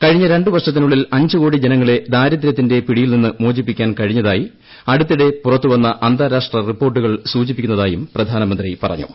കഴിഞ്ഞ രണ്ടു വർഷത്തിനുള്ളിൽ അഞ്ചു കോടി ജനങ്ങളെ ദാരിദ്രത്തിന്റെ പിടിയിൽ നിന്ന മോചിപ്പിക്കാൻ കഴിഞ്ഞതായി അടുത്തിടെ പുറത്തു വന്ന അന്താരാഷ്ട്ര റിപ്പോർട്ടുകൾ സൂചിപ്പിക്കുന്നതായും പ്രധാനമന്ത്രി പറഞ്ഞു